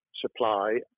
supply